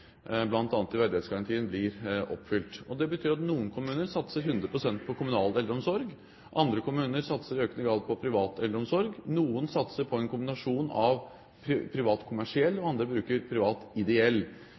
i verdighetsgarantien, blir oppfylt. Det betyr at noen kommuner satser 100 pst. på kommunal eldreomsorg, andre kommuner satser i økende grad på privat eldreomsorg, og noen satser på en kombinasjon av privat kommersiell,